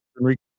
Enrique